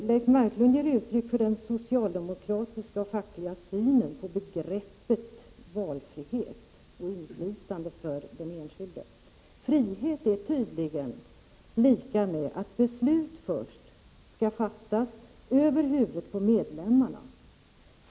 Leif Marklund ger uttryck för den socialdemokratiska och fackliga synen på begreppet valfrihet och inflytande för den enskilde. Frihet är tydligen lika med att beslut först skall fattas över huvudet på medlemmarna.